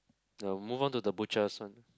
the more to the butchers' one